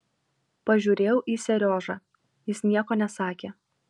pažiūrėjau į seriožą jis nieko nesakė